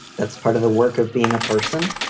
that's part of the work of being a person.